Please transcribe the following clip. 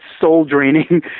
soul-draining